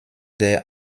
der